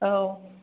औ